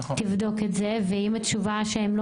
תבדוק את זה ואם התשובה היא שהם לא